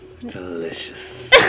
Delicious